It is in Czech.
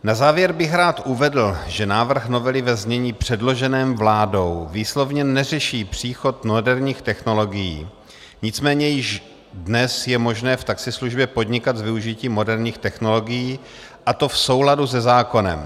Na závěr bych rád uvedl, že návrh novely ve znění předloženém vládou výslovně neřeší příchod moderních technologií, nicméně již dnes je možné v taxislužbě podnikat s využitím moderních technologií, a to v souladu se zákonem.